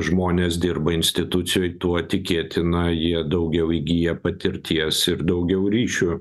žmonės dirba institucijoj tuo tikėtina jie daugiau įgyja patirties ir daugiau ryšių